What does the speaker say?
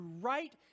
right